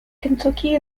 kentucky